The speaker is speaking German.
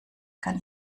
kann